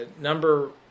number